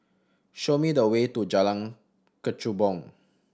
show me the way to Jalan Kechubong